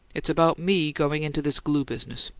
it's about me going into this glue business.